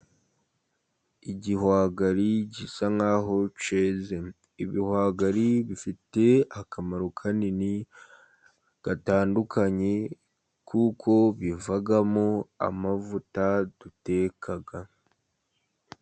Igihwagari gisa nk'aho cyeze. Ibihwagari bifite akamaro kanini gatandukanye, kuko bivamo amavuta duteka.